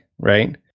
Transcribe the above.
Right